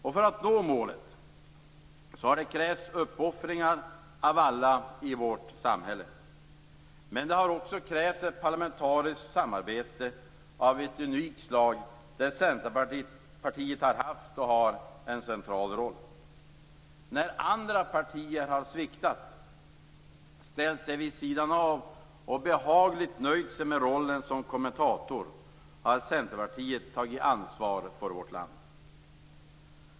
För att nå målet har det krävts uppoffringar av alla i vårt samhälle. Men det har också krävts ett parlamentariskt samarbete av ett unikt slag där Centerpartiet har haft och har en central roll. När andra partier har sviktat, ställt sig vid sidan av och behagligt nöjt sig med rollen som kommentator, har Centerpartiet tagit ansvar för vårt land.